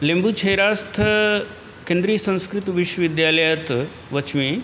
लिम्बुछेरास्थकेन्द्रियसंस्कृतविश्वविद्यालयात् वच्मि